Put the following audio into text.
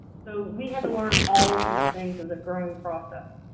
so we had to learn all of these things as a growing process.